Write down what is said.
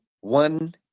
one